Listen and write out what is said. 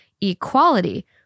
equality